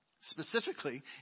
Specifically